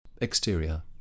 Exterior